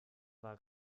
war